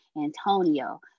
Antonio